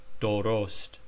Dorost